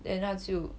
then 他就